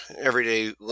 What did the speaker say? everyday